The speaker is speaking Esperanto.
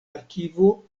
arkivo